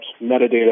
metadata